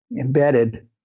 embedded